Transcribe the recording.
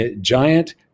giant